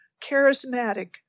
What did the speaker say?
charismatic